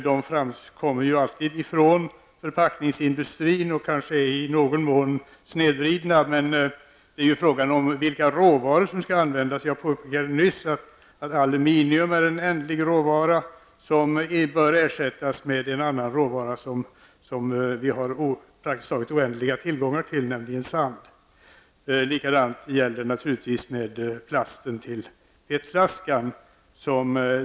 De kommer ju alltid ifrån förpackningsindustrin och är kanske i någon mån snedvridna. Men det är ju fråga om vilka råvaror som skall användas. Jag påpekade nyss att aluminium är en ändlig råvara som bör ersättas med en annan råvara som vi har praktiskt taget oändlig tillgång till, nämligen sand. Likadant är det naturligtvis med plasten till PET-flaskan.